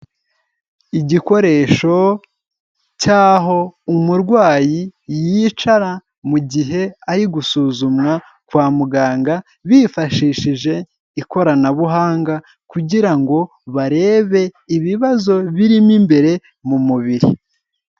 Igikoresho cy'aho umurwayi yicara mu gihe ari gusuzumwa kwa muganga, bifashishije ikoranabuhanga, kugira ngo barebe ibibazo birimo imbere mu mubiri.